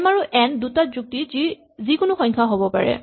M আৰু N দুটা যুক্তি যি যিকোনো সংখ্যা হ'ব পাৰে